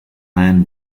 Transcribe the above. iron